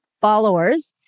followers